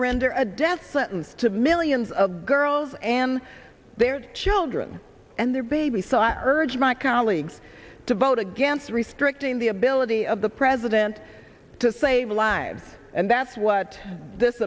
render a death sentence to millions of girls and their children and their baby so i urge my colleagues to vote against restricting the ability of the president to save lives and that's what this